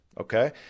Okay